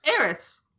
Eris